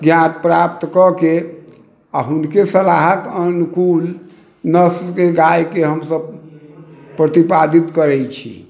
ज्ञान प्राप्त कऽ कऽ आ हुनके सलाहके अनुकूल नस्लके गायके हम सभ प्रतिपादित करै छी